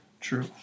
true